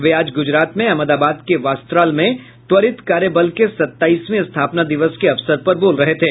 वे आज गुजरात में अहमदाबाद के वास्त्राल में त्वरित कार्य बल के सताईसवें स्थापना दिवस के अवसर पर बोल रहे थे